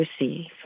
receive